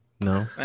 No